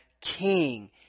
king